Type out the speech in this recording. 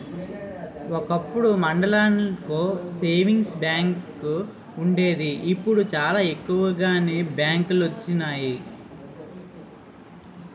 ఒకప్పుడు మండలానికో savings bank వుండేది ఇప్పుడు చాలా ఎక్కువగానే బ్యాంకులొచ్చినియి